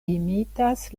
imitas